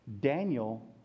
Daniel